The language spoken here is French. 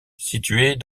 située